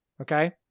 Okay